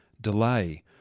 delay